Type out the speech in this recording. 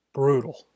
Brutal